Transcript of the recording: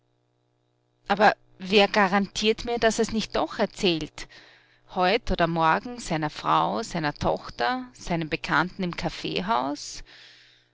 aber wer garantiert mir daß er's nicht doch erzählt heut oder morgen seiner frau seiner tochter seinen bekannten im kaffeehaus